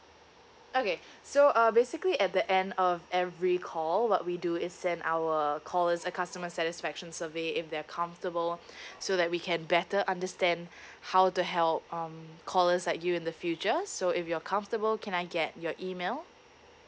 okay so uh basically at the end of every call what we do is send our callers a customer satisfaction survey if they're comfortable so that we can better understand how to help um callers like you in the future so if you're comfortable can I get your email